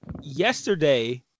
yesterday